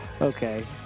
Okay